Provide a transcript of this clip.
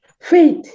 Faith